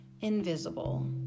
invisible